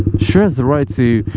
she has the right to